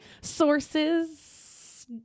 sources